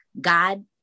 God